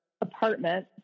apartment